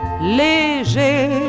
Léger